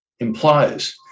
implies